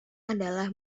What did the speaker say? adalah